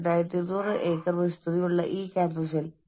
തൽഫലമായി സ്ഥാപനത്തിന്റെ മൊത്തത്തിലുള്ള ഔട്ട്പുട്ട് ഉയരും